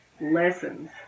lessons